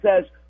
says